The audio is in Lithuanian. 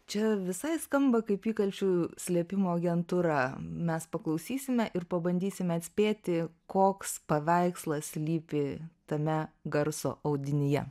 čia visai skamba kaip įkalčių slėpimo agentūra mes paklausysime ir pabandysime atspėti koks paveikslas slypi tame garso audinyje